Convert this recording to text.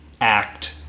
act